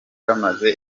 bamaze